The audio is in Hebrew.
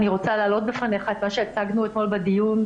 אני רוצה להעלות בפניך את מה שהצגנו אתמול בדיון,